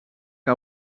que